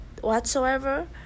whatsoever